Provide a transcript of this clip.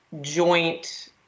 joint